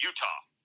Utah